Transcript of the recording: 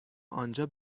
آنجا